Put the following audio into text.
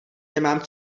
nemám